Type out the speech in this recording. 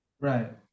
Right